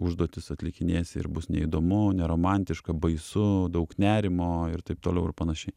užduotis atlikinėsi ir bus neįdomu neromantiška baisu daug nerimo ir taip toliau ir panašiai